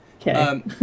Okay